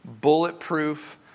bulletproof